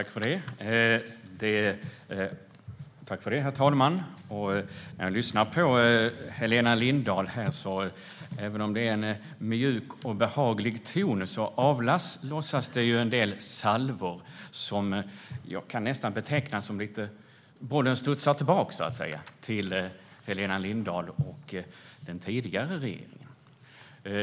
Herr talman! Även om Helena Lindahl har en mjuk och behaglig ton avlossas det en del salvor som jag nästan kan beteckna som att bollen så att säga studsar tillbaka till Helena Lindahl och den tidigare regeringen.